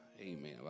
amen